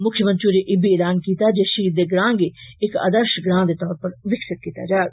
मुख्यमंत्री होरें इब्बी ऐलान कीता जे शहीद दे ग्रां गी इक आर्दश ग्रां दे तौर पर विकसित कीता जाग